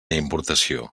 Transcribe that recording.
importació